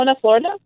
Florida